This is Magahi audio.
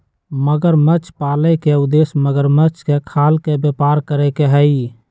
मगरमच्छ पाले के उद्देश्य मगरमच्छ के खाल के व्यापार करे के हई